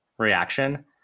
reaction